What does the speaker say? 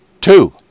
Two